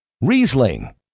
Riesling